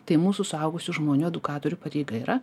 tai mūsų suaugusių žmonių edukatorių pareiga yra